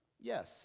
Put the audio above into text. Yes